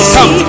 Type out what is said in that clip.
Come